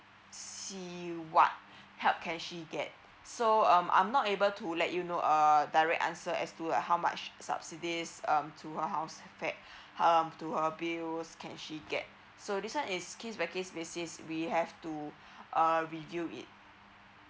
see what help can she get so um I'm not able to let you know uh direct answer as to uh how much subsidies um to her house rebate um to her bill can she get so this one is case by case species we have to uh review it